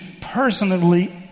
personally